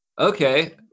Okay